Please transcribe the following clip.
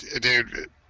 Dude